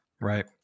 Right